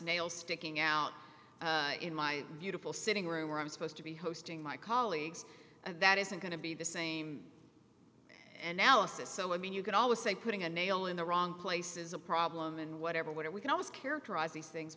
nail sticking out in my beautiful sitting room where i'm supposed to be hosting my colleagues and that isn't going to be the same and alice is so i mean you can always say putting a nail in the wrong place is a problem and whatever we do we can always characterize these things